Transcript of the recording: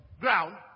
ground